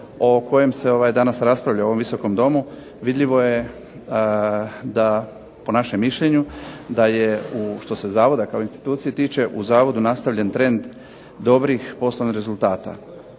o kojem se danas raspravlja u ovom Visokom domu vidljivo je po našem mišljenju da je, što se zavoda kao institucije tiče, u zavodu nastavljen trend dobrih poslovnih rezultata.